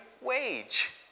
wage